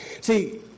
See